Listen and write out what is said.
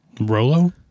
Rolo